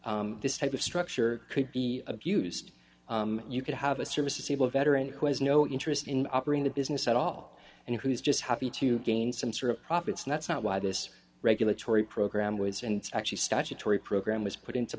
how this type of structure could be abused you could have a service disabled veteran who has no interest in operating the business at all and who's just happy to gain some sort of profits and that's not why this regulatory program was and actually statutory program was put into